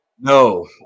No